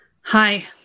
Hi